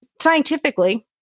scientifically